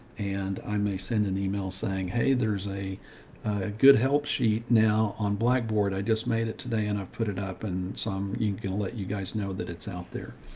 and i may send an email saying, hey, there's a, a good help sheet now on blackboard. i just made it today and i've put it up. and some you going to let you guys know that it's out there.